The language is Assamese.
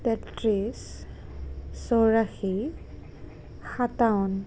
তেত্ৰিছ চৌৰাশী সাতাৱন্ন